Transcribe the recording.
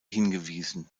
hingewiesen